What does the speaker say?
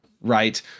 Right